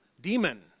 demon